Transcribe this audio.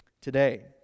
today